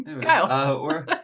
Kyle